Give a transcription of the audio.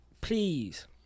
please